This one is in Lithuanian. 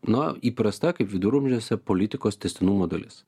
na įprasta kaip viduramžiuose politikos tęstinumo dalis